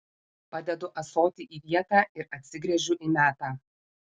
padedu ąsotį į vietą ir atsigręžiu į metą